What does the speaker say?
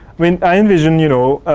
mean, i envision, you know,